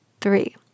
Three